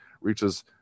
reaches